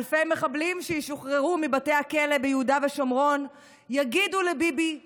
אלפי מחבלים שישוחררו מבתי הכלא ביהודה ושומרון יגידו לביבי תודה,